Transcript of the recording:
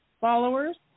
followers